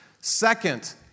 Second